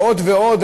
ועוד ועוד,